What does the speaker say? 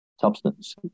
substance